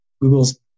Google's